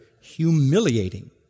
humiliating